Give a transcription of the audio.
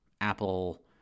Apple